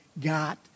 got